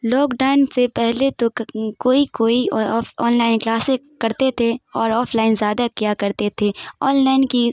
lock down سے پہلے تو کوئی کوئی آف آن لائن کلاسز کرتے تھے اور آف لائن زیادہ کیا کرتے تھے آن لائن کی